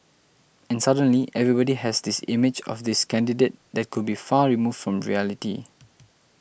and suddenly everybody has this image of this candidate that could be far removed from reality